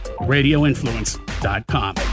RadioInfluence.com